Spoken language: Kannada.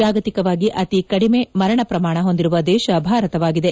ಜಾಗತಿಕವಾಗಿ ಅತಿ ಕಡಿಮೆ ಮರಣ ಪ್ರಮಾಣ ಹೊಂದಿರುವ ದೇಶ ಭಾರತವಾಗಿದೆ